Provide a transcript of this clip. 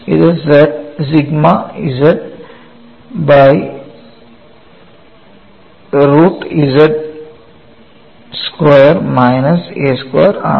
അത് sigma z by root z square minus a square ആണ്